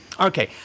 Okay